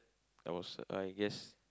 I was uh I guess